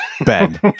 Ben